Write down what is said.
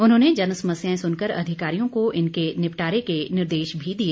उन्होंने जन समस्याएं सुनकर अधिकारियों को इनके निपटारे के निर्देश भी दिए